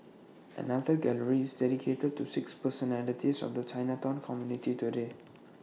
another gallery is dedicated to six personalities of the Chinatown community today